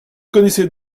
connaissez